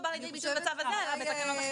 בא לידי ביטוי בצו הזה אלא בתקנות אחרות.